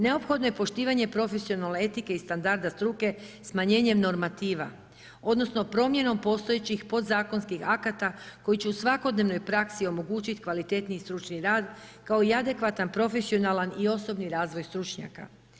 Neophodno je poštivanje profesionalne etike i standarda struke smanjenjem normativa odnosno promjenom postojećih podzakonskih akata koji će u svakodnevnoj praksi omogućiti kvalitetniji i stručni rad kao i adekvatan i profesionalan i osobni razvoj stručnjaka.